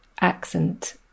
accent